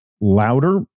louder